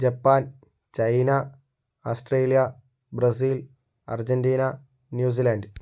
Japan China Australia Brazil Argentina New Zealand